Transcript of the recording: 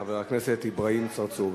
חבר הכנסת אברהים צרצור.